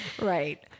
Right